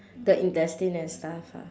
the intestine and stuff ah